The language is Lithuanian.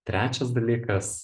trečias dalykas